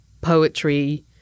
poetry